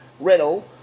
Riddle